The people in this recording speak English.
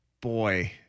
boy